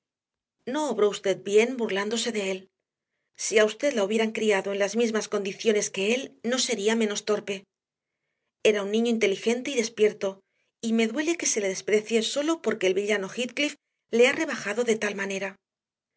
no obró usted bien burlándose de él si a usted la hubieran criado en las mismas condiciones que él no sería menos torpe era un niño inteligente y despierto y me duele que se le desprecie sólo porque el villano de heathcliff le haya rebajado de tal manera